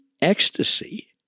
ecstasy